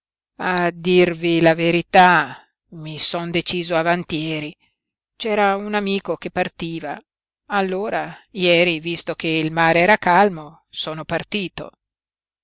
a dirvi la verità mi son deciso avantieri c'era un amico che partiva allora ieri visto che il mare era calmo sono partito